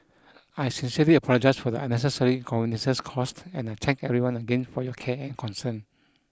I sincerely apologise for the unnecessary inconveniences caused and I thank everyone again for your care and concern